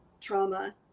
trauma